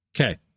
Okay